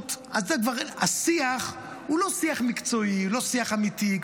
ליצנות אז השיח הוא לא שיח מקצועי, לא שיח אמיתי.